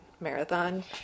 Marathon